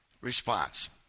response